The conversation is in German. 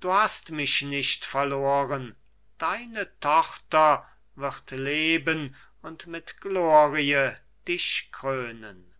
du hast mich nicht verloren deine tochter wird leben und mit glorie dich krönen